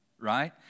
right